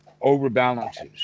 overbalances